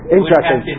interesting